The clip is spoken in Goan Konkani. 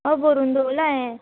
हय बरून दवरला हांयेन